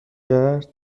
کرد